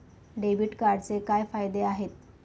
Debit कार्डचे काय फायदे आहेत?